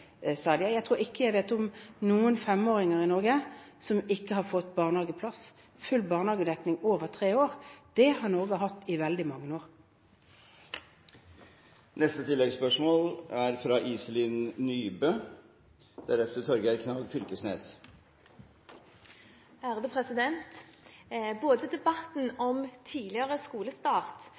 Jeg tror ikke jeg vet om noen femåringer i Norge som ikke har fått barnehageplass. Full barnehagedekning for barn over tre år har Norge hatt i veldig mange år. Iselin Nybø – til oppfølgingsspørsmål. Både debatten om tidligere skolestart